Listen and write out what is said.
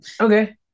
okay